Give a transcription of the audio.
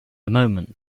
moment